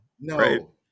No